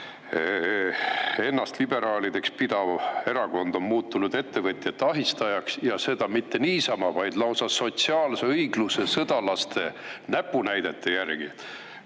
Ennast liberaalideks pidav erakond on muutunud ettevõtjate ahistajaks, ja seda mitte niisama, vaid lausa sotsiaalse õigluse sõdalaste näpunäidete järgi.